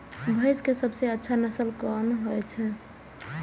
भैंस के सबसे अच्छा नस्ल कोन होय छे?